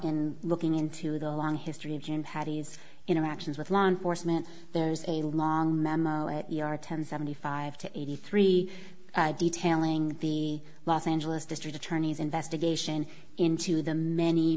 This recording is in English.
in looking into the long history of gin patty's interactions with law enforcement there's a long memo at ten seventy five to eighty three detailing the los angeles district attorney's investigation into the many